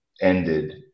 ended